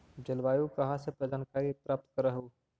जलवायु कहा से जानकारी प्राप्त करहू?